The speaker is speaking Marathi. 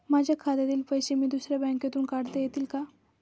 माझ्या खात्यातील पैसे मी दुसऱ्या बँकेतून काढता येतील का?